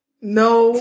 No